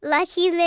Lucky